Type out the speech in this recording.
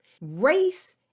Race